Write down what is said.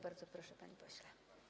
Bardzo proszę, panie pośle.